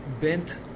Bent